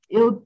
eu